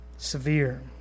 Severe